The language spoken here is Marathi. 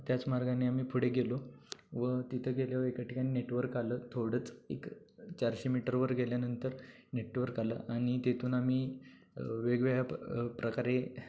त्याच मार्गाने आम्ही पुढे गेलो व तिथं गेल्यावर एका ठिकाणी नेटवर्क आलं थोडंच एक चारशे मीटरवर गेल्यानंतर नेटवर्क आलं आणि तिथून आम्ही वेगवेगळ्या प्रकारे